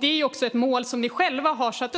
Det är också ett mål som ni själva har satt: